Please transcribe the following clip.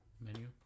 menu